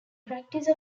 practice